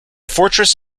fortress